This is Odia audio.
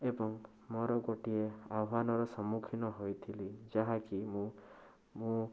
ଏବଂ ମୋର ଗୋଟିଏ ଆହ୍ୱାନର ସମ୍ମୁଖୀନ ହୋଇଥିଲି ଯାହାକି ମୁଁ ମୁଁ